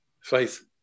Faith